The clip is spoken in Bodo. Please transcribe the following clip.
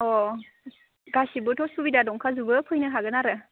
अ गासिबोथ' सुबिदा दंखाजोबो फैनो हागोन आरो